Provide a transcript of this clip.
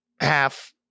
half